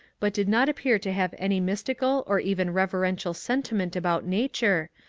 but did not appear to have any mystical or even reverential sentiment about nature,